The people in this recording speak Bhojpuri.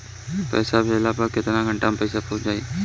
पैसा भेजला पर केतना घंटा मे पैसा चहुंप जाई?